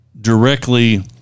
directly